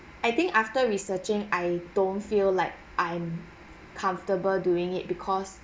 I think after researching I don't feel like I'm comfortable doing it because